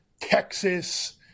Texas